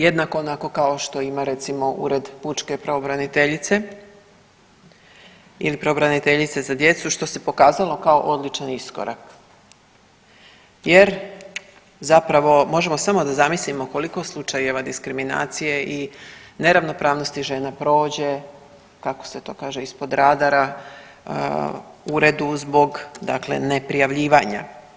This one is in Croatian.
Jednako onako kao što ima recimo ured pučke pravobraniteljice ili pravobraniteljice za djecu što se pokazalo kao odličan iskorak jer zapravo možemo samo da zamislimo koliko slučajeva diskriminacije i neravnopravnosti žena prođe kako se to kaže ispod radara uredu zbog dakle neprijavljivanja.